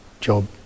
job